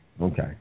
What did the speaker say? Okay